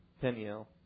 Peniel